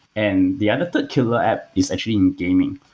and the other killer app is actually in gaming.